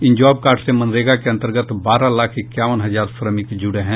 इन job card से मनरेगा के अंतर्गत बारह लाख इक्यावन हजार श्रमिक जुड़े हैं